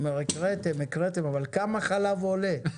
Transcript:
יאמרו: הקראתם, הקראתם, אבל כמה חלב עולה?